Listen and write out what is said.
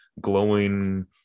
glowing